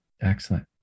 Excellent